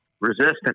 resistant